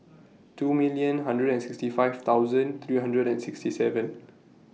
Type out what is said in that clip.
two millions hundred and sixty five thousands three hundreds and sixty seven